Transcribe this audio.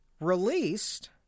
released